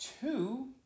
Two